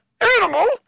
Animal